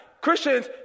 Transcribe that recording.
Christians